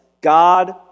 God